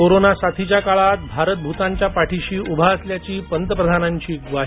corona साथीच्या काळात भारत भूतानच्या पाठीशी उभा असल्याची पंतप्रधानांची ग्वाही